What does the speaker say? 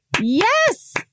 Yes